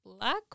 black